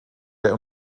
der